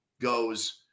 goes